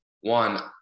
One